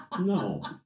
No